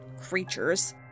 creatures